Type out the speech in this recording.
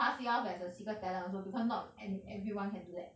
pass it off as a secret talent also because not ev~ ev~ everyone can do that